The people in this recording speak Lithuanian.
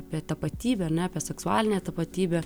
apie tapatybę ane apie seksualinę tapatybę